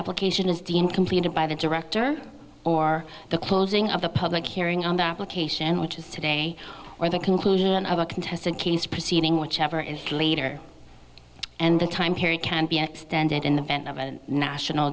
application is deemed completed by the director or the closing of the public hearing on the application which is today or the conclusion of a contested case proceeding whichever is later and the time period can be extended in the event of a national